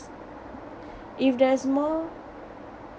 if there's more